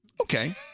Okay